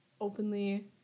openly